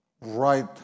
right